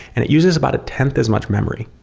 and it uses about a tenth as much memory,